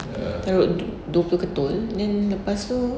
taruk dua puluh ketul then lepas tu